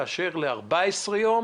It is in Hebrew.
לאשר ל-14 יום.